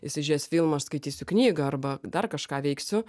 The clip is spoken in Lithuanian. jisai žiūrės filmą aš skaitysiu knygą arba dar kažką veiksiu